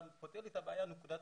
אתה פותר את הבעיה נקודתית,